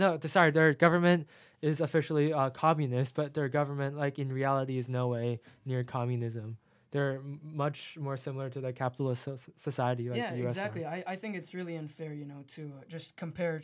start their government is officially communist but their government like in reality is no way near communism they're much more similar to the capitalist society yeah you know exactly i think it's really unfair you know to just compare